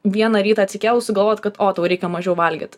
vieną rytą atsikėlus sugalvot kad o tau reikia mažiau valgyt